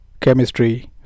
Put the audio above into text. chemistry